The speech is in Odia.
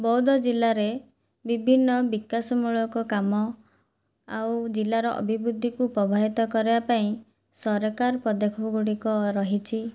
ବୌଦ୍ଧ ଜିଲ୍ଲାରେ ବିଭିନ୍ନ ବିକାଶମୂଳକ କାମ ଆଉ ଜିଲ୍ଲାର ଅଭିବୃଦ୍ଧିକୁ ପଭାବିତ କରିବା ପାଇଁ ସରକାର ପଦକ୍ଷପ ଗୁଡ଼ିକ ରହିଛି